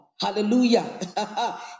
Hallelujah